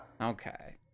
Okay